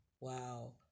wow